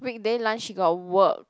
weekday lunch he got work